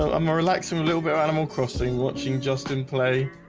ah i'm ah relaxing a little bit animal crossing watching justin play.